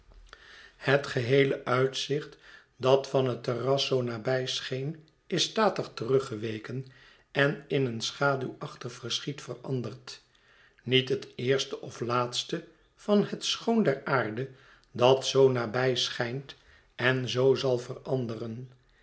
het geheele uitzicht dat van het terras zoo nabij scheen is statig teruggeweken en in een schaduwachtig verschiet veranderd niet het eerste of laatste van het schoon der aarde dat zoo nabij schijnt en zoo zal veranderen